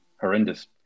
horrendous